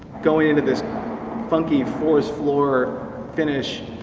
going into this funky forest floor finish.